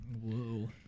Whoa